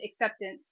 acceptance